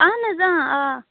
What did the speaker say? اَہَن حظ آ آ